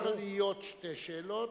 מותר לי עוד שתי שאלות.